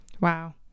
Wow